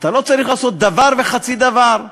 אתה לא צריך לעשות דבר וחצי דבר.